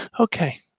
Okay